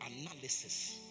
analysis